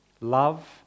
Love